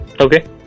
Okay